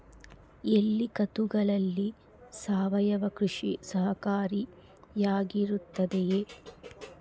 ಎಲ್ಲ ಋತುಗಳಲ್ಲಿ ಸಾವಯವ ಕೃಷಿ ಸಹಕಾರಿಯಾಗಿರುತ್ತದೆಯೇ?